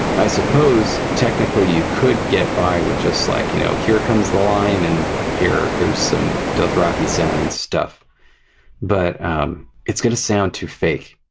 i suppose technically you could get by with just, like you know here comes the line and here's some dothraki-sounding stuff but um it's going to sound too fake.